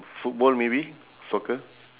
football maybe soccer